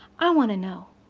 i want to know.